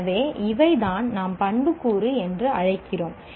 எனவே இவைதான் நாம் பண்புக்கூறு என்று அழைக்கிறோம்